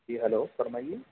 جی hello فرمائیے